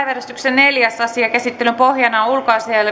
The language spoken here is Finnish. neljäs asia käsittelyn pohjana on